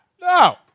No